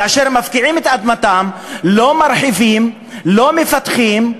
כאשר מפקיעים את אדמתם, לא מרחיבים, לא מפתחים.